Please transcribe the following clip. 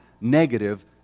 negative